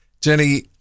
Jenny